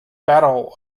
battle